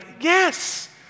yes